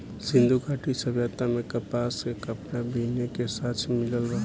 सिंधु घाटी सभ्यता में कपास के कपड़ा बीने के साक्ष्य मिलल बा